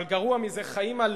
אבל הגרוע מזה, חיים על